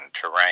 Terrain